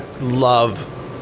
love